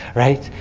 right?